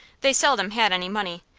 they seldom had any money,